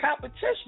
Competition